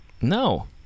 No